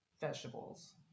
vegetables